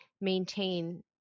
maintain